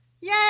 Yay